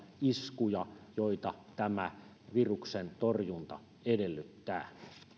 iskuja joita tämä viruksen torjunta edellyttää